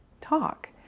talk